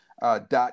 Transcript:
dot